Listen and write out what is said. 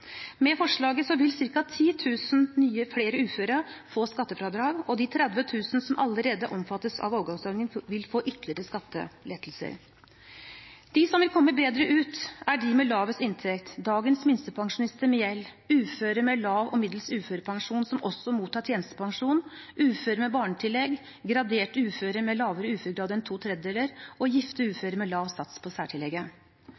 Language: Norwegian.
Med forslaget vil ca. 10 000 flere uføre få skattefradrag, og de 30 000 som allerede omfattes av overgangsordningen, vil få ytterligere skattelettelser. De som vil komme bedre ut, er de med lavest inntekt – dagens minstepensjonister med gjeld, uføre med lav og middels uførepensjon som også mottar tjenestepensjon, uføre med barnetillegg, graderte uføre med lavere uføregrad enn to tredjedeler og gifte uføre med lav sats på særtillegget.